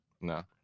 No